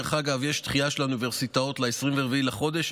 דרך אגב, יש דחייה של האוניברסיטאות ל-24 בחודש.